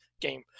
game